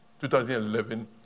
2011